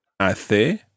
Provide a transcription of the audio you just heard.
hace